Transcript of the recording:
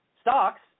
stocks